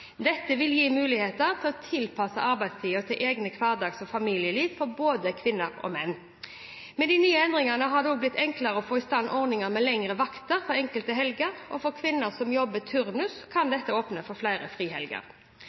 Dette vil gi muligheter for å tilpasse arbeidstida til eget hverdags- og familieliv for både kvinner og menn. Med de nye endringene har det blitt enklere å få i stand ordninger med lengre vakter enkelte helger. For kvinner som jobber turnus, kan dette åpne for flere frihelger.